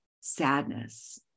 sadness